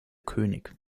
könig